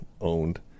owned